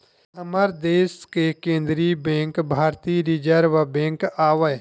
हमर देस के केंद्रीय बेंक भारतीय रिर्जव बेंक आवय